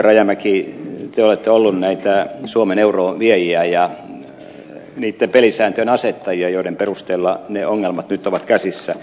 rajamäki te olette ollut näitä suomen euroonviejiä ja niitten pelisääntöjen asettajia joiden perusteella ne ongelmat nyt ovat käsissä